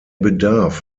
bedarf